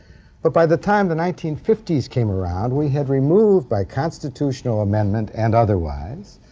but by the time the nineteen fifty s came around, we had removed by constitutional amendment and otherwise,